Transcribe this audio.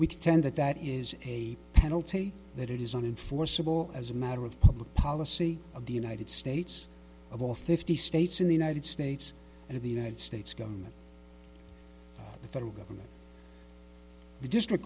contend that that is a penalty that it is on enforceable as a matter of public policy of the united states of all fifty states in the united states and of the united states government the federal government district